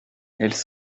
elles